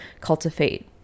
cultivate